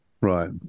Right